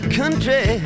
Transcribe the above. country